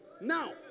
Now